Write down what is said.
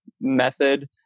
method